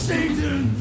Satan